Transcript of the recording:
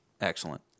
Excellent